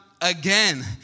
again